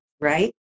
right